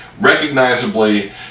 recognizably